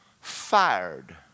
fired